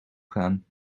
gaan